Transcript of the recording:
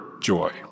joy